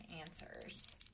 answers